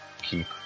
Keep